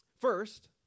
First